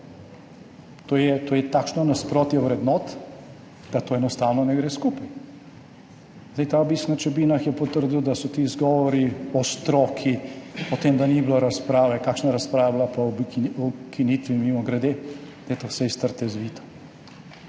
To je takšno nasprotje vrednot, da to enostavno ne gre skupaj. Ta obisk na Čebinah je potrdil, da so ti izgovori o stroki, o tem, da ni bilo razprave, kakšna razprava pa je bila pa ob ukinitvi, mimogrede, da je to vse iz trte izvito.